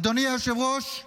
אדוני היושב-ראש,